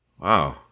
Wow